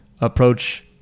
approach